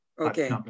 Okay